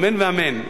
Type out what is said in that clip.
אמן ואמן.